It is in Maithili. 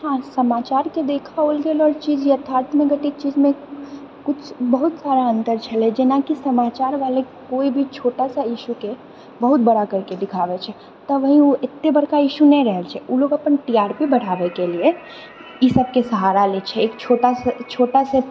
हँ समाचारके देखाओल गेल चीज यथार्थमे घटित चीजमे कुछ बहुत सारा अन्तर छलय जेनाकि समाचारवाले कोइ भी छोटासा इशूके बहुत बड़ा करिके दिखाबैत छै तब ही ओ एतय बड़का इशू नहि रहैत छै ओ लोग अपन टी आर पी बढ़ाबयके लिए ईसभके सहारा लैत छै एक छोटासा ई छोटासा